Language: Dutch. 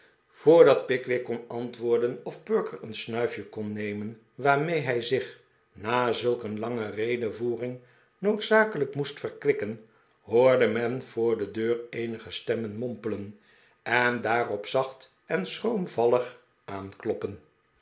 voordat pickwick kon antwoorden of perker een snuifje kon nemen waarmee hij zich na zulk een lange redevoering noodzakelijk moest verkwikken hoorde men voor de deur eenige stemmen mompelen en daarop zacht en schroomvallig aankloppen